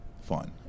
fun